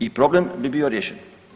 I problem bi bio riješen.